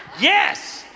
Yes